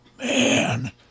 Man